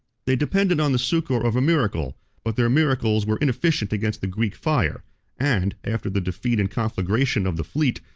they depended on the succor of a miracle but their miracles were inefficient against the greek fire and, after the defeat and conflagration of the fleet,